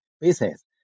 basis